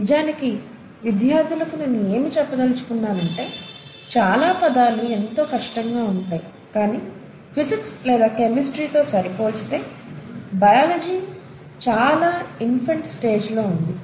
నిజానికి విద్యార్థులకు నేను ఏమి చెప్పదలుచుకున్నానంటే చాలా పదాలు ఎంతో కష్టంగా ఉంటాయి కానీ ఫిజిక్స్ లేదా కెమిస్ట్రీ తో సరిపోల్చితే బయాలజీ ఇంకా చాలా ఇన్ఫాంట్ స్టేజి లో ఉంది